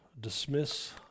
dismiss